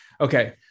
Okay